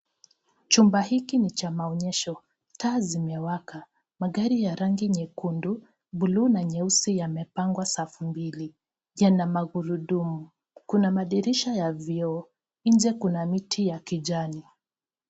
Chumba hiki ni cha maonyesho, taa zimewaka magari ya rangi nyekundu, bulu na nyeusi yamepangwa safu mbili. Yana magurudumu, kuna madirisha ya vioo, nje kuna miti ya kijani.